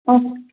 okay